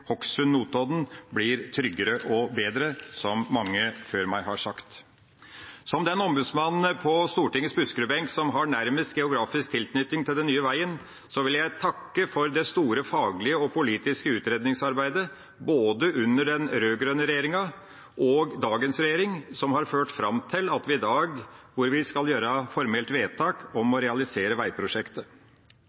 blir tryggere og bedre, som mange før meg har sagt. Som den ombudsmannen på Stortingets Buskerud-benk som har nærmest geografisk tilknytning til den nye veien, vil jeg takke for det store faglige og politiske utredningsarbeidet – både under den rød-grønne regjeringa og dagens regjering – som har ført fram til at vi i dag skal gjøre et formelt vedtak om å realisere veiprosjektet.